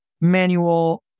manual